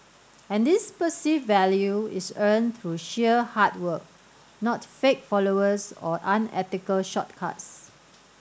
and this perceived value is earned through sheer hard work not fake followers or unethical shortcuts